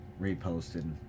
reposted